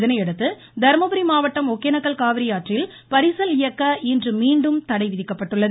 இதனையடுத்து தருமபுரி மாவட்டம் ஒகேனக்கல் காவிரியாற்றில் பரிசல் இயக்க இன்று மீண்டும் தடை விதிக்கப்பட்டுள்ளது